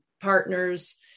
partners